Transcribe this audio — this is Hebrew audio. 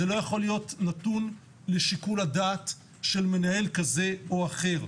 זה לא יכול להיות נתון לשיקול הדעת של מנהל כזה או אחר.